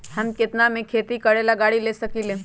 हम केतना में खेती करेला गाड़ी ले सकींले?